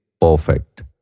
perfect